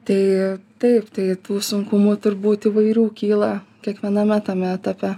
tai taip tai tų sunkumų turbūt įvairių kyla kiekviename tame etape